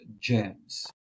Gems